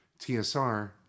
tsr